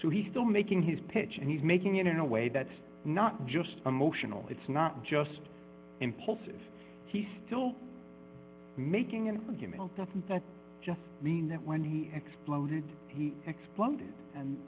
so he's still making his pitch and he's making it in a way that's not just emotional it's not just impulsive he still making an argument doesn't that just mean that when he exploded he exploded and